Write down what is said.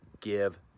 give